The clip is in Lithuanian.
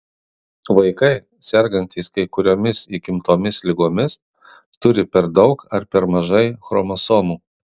vaikai sergantys kai kuriomis įgimtomis ligomis turi per daug ar per mažai chromosomų